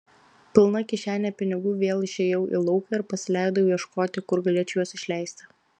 pilna kišene pinigų vėl išėjau į lauką ir pasileidau ieškoti kur galėčiau juos išleisti